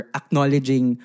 acknowledging